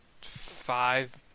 five